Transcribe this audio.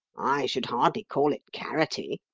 i should hardly call it carroty,